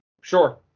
Sure